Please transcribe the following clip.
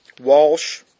Walsh